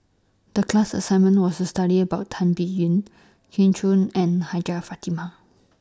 The class assignment was study about Tan Biyun Kin Chun and Hajjah Fatimah